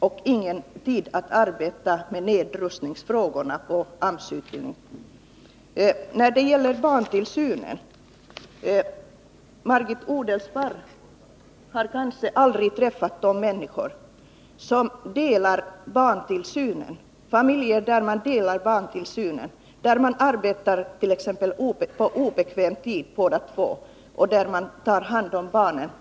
Och vi har inte tid att arbeta med nedrustningsfrågor på AMS-utbildningens område. Margit Odelsparr har kanske aldrig träffat familjer där man delar på barntillsynen, där båda föräldrarna t.ex. arbetar på obekväm tid och turas om att ta hand om barnen.